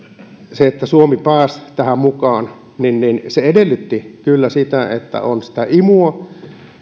se että suomi pääsi tähän mukaan edellytti kyllä sitä että on imua